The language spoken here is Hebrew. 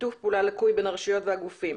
שיתוף פעולה לקוי בין הרשויות והגופים,